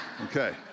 Okay